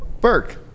Burke